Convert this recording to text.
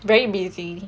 very busy